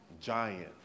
giant